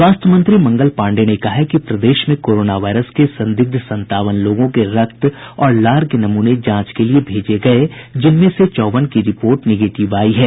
स्वास्थ्य मंत्री मंगल पांडेय ने कहा है कि प्रदेश में कोरोना वायरस के संदिग्ध संतावन लोगों के रक्त और लार के नमूने जांच के लिए भेजे गये जिनमें से चौवन की रिपोर्ट निगेटिव आयी है